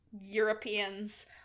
Europeans